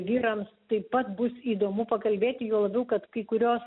vyrams taip pat bus įdomu pakalbėti juo labiau kad kai kurios